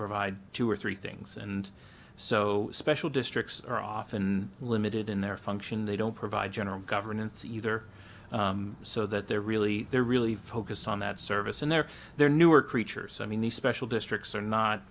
provide two or three things and so special districts are often limited in their function they don't provide general governance either so that they're really they're really focused on that service and they're there newer creatures i mean these special districts are